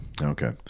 Okay